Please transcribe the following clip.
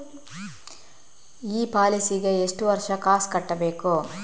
ಈ ಪಾಲಿಸಿಗೆ ಎಷ್ಟು ವರ್ಷ ಕಾಸ್ ಕಟ್ಟಬೇಕು?